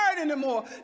anymore